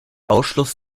ausschluss